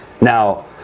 Now